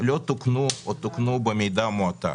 לא תוקנו או תוקנו במידה מועטה.